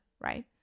right